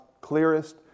clearest